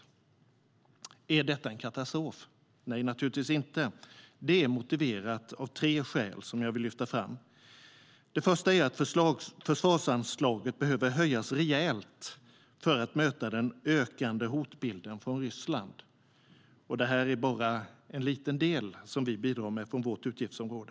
Är det en katastrof? Nej, naturligtvis inte. Det är motiverat av tre skäl som jag vill lyfta fram. Det första är att försvarsanslaget behöver höjas rejält för att möta den ökande hotbilden från Ryssland. Vi bidrar bara med en liten del från vårt utgiftsområde.